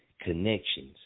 connections